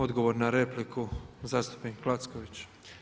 Odgovor na repliku zastupnik Lacković.